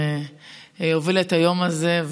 שהובילה את היום הזה,